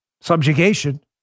subjugation